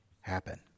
happen